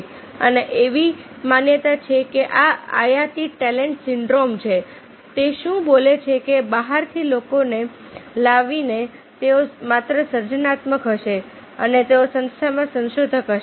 અને એવી માન્યતા છે કે એક આયાતી ટેલેન્ટ સિન્ડ્રોમ છે તે શું બોલે છે કે બહારથી લોકોને લાવીને તેઓ માત્ર સર્જનાત્મક હશે અને તેઓ સંસ્થામાં સંશોધકો હશે